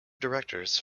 directors